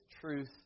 truth